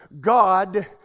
God